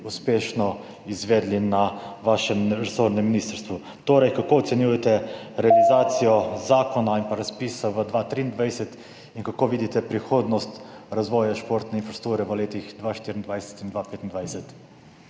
uspešno izvedli na vašem resornem ministrstvu. Torej, zanima me: Kako ocenjujete realizacijo zakona in razpis v letu 2023? Kako vidite prihodnost razvoja športne infrastrukture v letih 2024 in 2025?